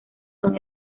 son